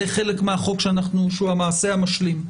זה חלק מהחוק שהוא המעשה המשלים.